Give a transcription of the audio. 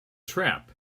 trap